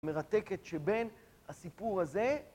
מרתקת שבין הסיפור הזה...